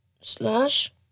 Slash